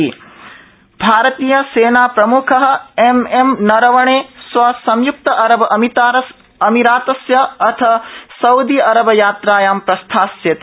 सेना प्रमुख भारतीय सेनाप्रमुख एमएमनरवणे श्व संयुक्त अरब अमीरातस्य अथ सउदी अरब यात्रायां प्रस्थाष्यति